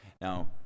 now